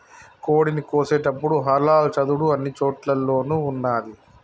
కోడిని కోసేటపుడు హలాల్ చదువుడు అన్ని చోటుల్లోనూ ఉన్నాది